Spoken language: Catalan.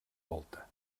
volta